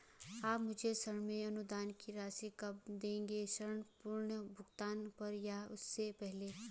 आप मुझे ऋण में अनुदान की राशि कब दोगे ऋण पूर्ण भुगतान पर या उससे पहले?